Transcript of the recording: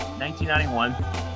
1991